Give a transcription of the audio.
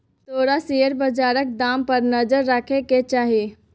तोरा शेयर बजारक दाम पर नजर राखय केँ चाही